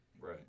right